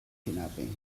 kidnapping